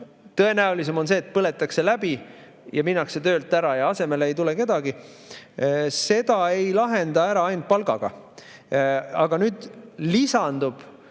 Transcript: tõenäolisem on, et põletakse läbi ja minnakse töölt ära ja asemele ei tule kedagi. Seda ei lahenda ära ainult palgaga. Aga nüüd lisandub